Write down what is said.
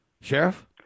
Sheriff